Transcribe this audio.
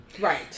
right